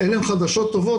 אלה הם חדשות טובות,